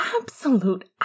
absolute